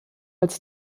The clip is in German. als